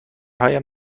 هایم